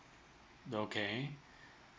okay